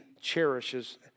cherishes